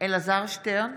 אלעזר שטרן,